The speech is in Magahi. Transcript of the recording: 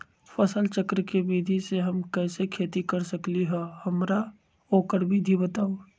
फसल चक्र के विधि से हम कैसे खेती कर सकलि ह हमरा ओकर विधि बताउ?